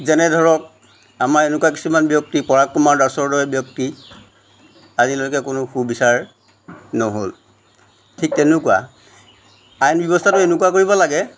যেনে ধৰক আমাৰ এনেকুৱা কিছুমান ব্যক্তি পৰাগ কুমাৰ দাসৰ দৰে ব্যক্তি আজিলৈকে কোনো সুবিচাৰ নহ'ল ঠিক তেনেকুৱা আইন ব্যৱস্থাটো এনেকুৱা কৰিব লাগে